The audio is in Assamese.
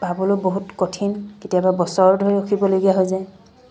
পাবলৈয়ো বহুত কঠিন কেতিয়াবা বছৰ ধৰি ৰখিবলগীয়া হৈ যায়